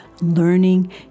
learning